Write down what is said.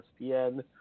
ESPN